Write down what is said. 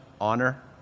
Honor